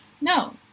No